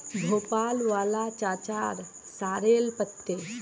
भोपाल वाला चाचार सॉरेल पत्ते